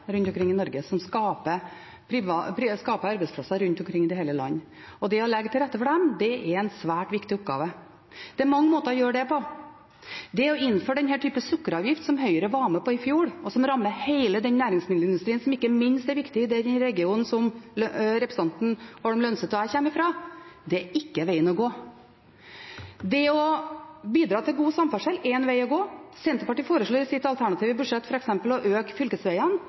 rundt omkring i Norge som skaper arbeidsplasser. Det å legge til rette for dem er en svært viktig oppgave. Det er mange måter å gjøre det på. Å innføre den typen sukkeravgift som Høyre var med på i fjor, og som rammet hele den næringsmiddelindustrien som ikke minst er viktig i den regionen som representanten Holm Lønseth og jeg kommer fra, er ikke vegen å gå. Det å bidra til god samferdsel er en veg å gå. Senterpartiet foreslår i sitt alternative budsjett f.eks. å øke